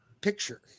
picture